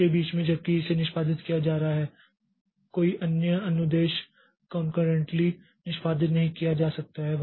इसके बीच में जबकि इसे निष्पादित किया जा रहा है कोई अन्य अनुदेश कंकरंट्ली निष्पादित नहीं किया जा सकता है